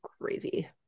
crazy